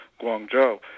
guangzhou